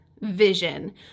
vision